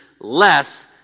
less